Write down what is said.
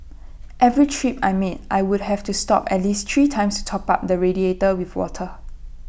every trip I made I would have to stop at least three times top up the radiator with water